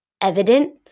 evident